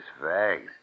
vags